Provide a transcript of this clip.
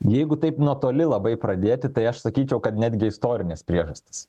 jeigu taip nuo toli labai pradėti tai aš sakyčiau kad netgi istorinės priežastys